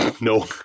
No